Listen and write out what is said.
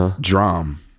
drum